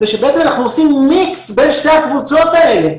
זה שבעצם אנחנו עושים מיקס בין שתי הקבוצות האלה,